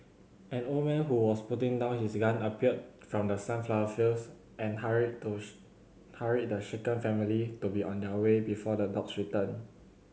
an old man who was putting down his gun appeared from the sunflower fields and hurried hurried the shaken family to be on their way before the dogs return